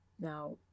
now